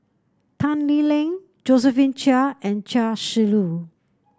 Tan Lee Leng Josephine Chia and Chia Shi Lu